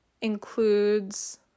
includes